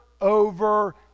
over